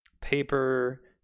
paper